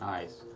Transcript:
Nice